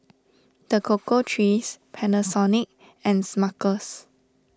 the Cocoa Trees Panasonic and Smuckers